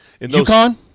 UConn